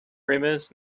rumors